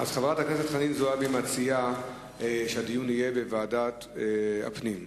אני מציעה להעביר לוועדת הפנים.